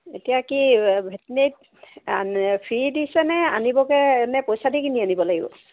এতিয়া কি ভেটেনেৰীত ফ্ৰী দিছেনে আনিবগৈ এনে পইছা দি কিনি আনিব লাগিব